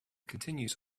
continues